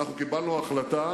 קיבלנו החלטה